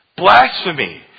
blasphemy